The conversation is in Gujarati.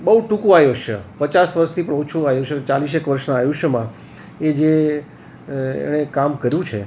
બહું ટૂંકું આયુષ્ય પચાસ વર્ષથી પણ ઓછું આયુષ્ય ચાલીસેક વર્ષનાં આયુષ્યમાં એ જે એણે કામ કર્યું છે